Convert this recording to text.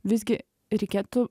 visgi reikėtų